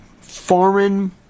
foreign